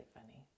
funny